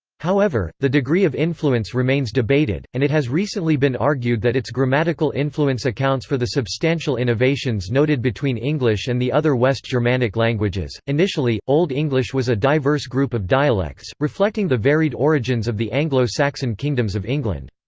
however, the degree of influence remains debated, and it has recently been argued that its grammatical influence accounts for the substantial innovations noted between english and the other west germanic languages initially, old english was a diverse group of dialects, reflecting the varied origins of the anglo-saxon kingdoms of england.